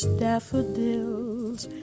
daffodils